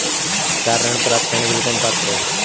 Car ऋण प्राप्त करने के लिए कौन पात्र है?